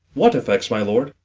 what effects, my lord?